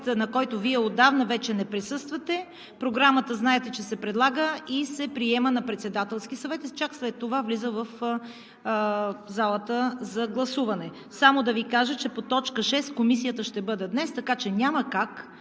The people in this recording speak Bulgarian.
на който Вие отдавна вече не присъствате –знаете Програмата, че се предлага и приема на Председателски съвет и чак след това влиза в залата за гласуване. Само да Ви кажа, че по точка шест Комисията ще бъде днес, така че няма как